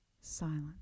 silent